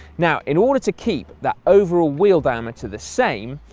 now in order to keep that overall wheel diameter the same,